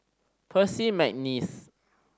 Percy McNeice